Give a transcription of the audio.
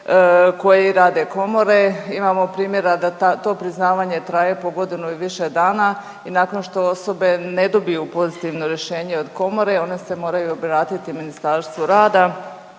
koje i rade komore. Imamo primjera da to priznavanje traje po godinu i više dana i nakon što osobe ne dobiju pozitivno rješenje od komore one se moraju obratiti Ministarstvu rada